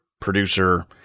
producer